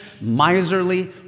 miserly